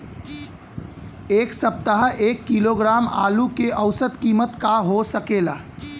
एह सप्ताह एक किलोग्राम आलू क औसत कीमत का हो सकेला?